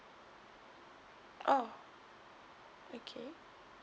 oh okay